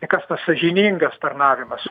tai kas tas sąžiningas tarnavimas